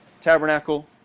tabernacle